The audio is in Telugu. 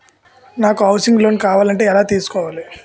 నాకు హౌసింగ్ లోన్ కావాలంటే ఎలా తీసుకోవాలి?